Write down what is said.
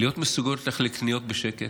להיות מסוגלות ללכת לקניות בשקט,